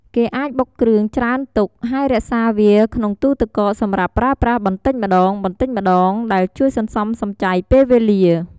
គេអាចបុកគ្រឿងច្រើនទុក ហើយរក្សាវាក្នុងទូទឹកកកសម្រាប់ប្រើប្រាស់បន្តិចម្តងៗ ដែលជួយសន្សំសំចៃពេលវេលា។